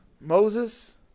Moses